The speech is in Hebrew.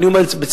אני אומר לצערי,